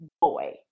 boy